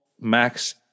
Max